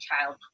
child